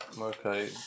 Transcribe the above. Okay